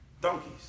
donkeys